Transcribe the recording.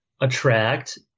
attract